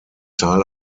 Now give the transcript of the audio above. teil